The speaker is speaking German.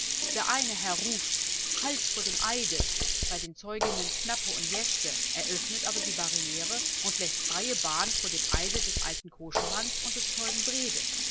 der eine herr ruft halt vor dem eide bei den zeuginnen knappe und jeschke er öffnet aber die barriere und läßt freie bahn vor dem eide des alten koschemann und des zeugen